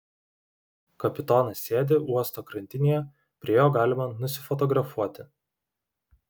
kapitonas sėdi uosto krantinėje prie jo galima nusifotografuoti